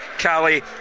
Callie